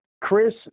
Chris